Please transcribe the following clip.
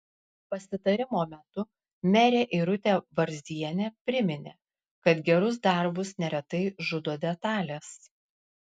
pasitarimo metu merė irutė varzienė priminė kad gerus darbus neretai žudo detalės